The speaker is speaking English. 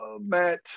Matt